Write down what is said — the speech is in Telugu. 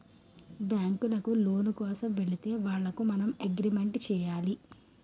బ్యాంకులకు లోను కోసం వెళితే వాళ్లకు మనం అగ్రిమెంట్ చేయాలి